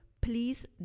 please